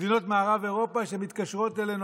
מדינות מערב אירופה שמתקשרות אלינו,